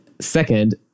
Second